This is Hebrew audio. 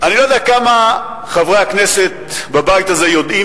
אני לא יודע כמה חברי הכנסת בבית הזה יודעים